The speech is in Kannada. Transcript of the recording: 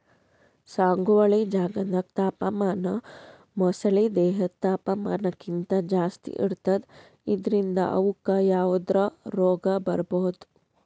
ಸಾಗುವಳಿ ಜಾಗ್ದಾಗ್ ತಾಪಮಾನ ಮೊಸಳಿ ದೇಹದ್ ತಾಪಮಾನಕ್ಕಿಂತ್ ಜಾಸ್ತಿ ಇರ್ತದ್ ಇದ್ರಿಂದ್ ಅವುಕ್ಕ್ ಯಾವದ್ರಾ ರೋಗ್ ಬರ್ಬಹುದ್